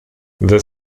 the